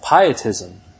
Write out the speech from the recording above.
pietism